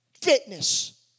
Fitness